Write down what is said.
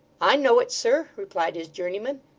i know it, sir replied his journeyman,